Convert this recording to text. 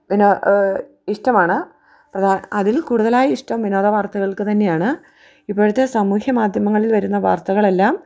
ഇഷ്ടമാണ് അതിൽ കൂടുതലായി ഇഷ്ടം വിനോദ വാർത്തകൾക്ക് തന്നെയാണ് ഇപ്പോഴത്തെ സമൂഹ്യ മാധ്യമങ്ങളിൽ വരുന്ന വാർത്തകളെല്ലാം